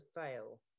fail